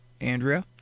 Andrea